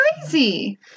crazy